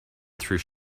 through